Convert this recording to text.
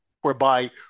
whereby